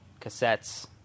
cassettes